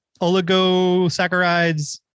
oligosaccharides